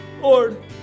Lord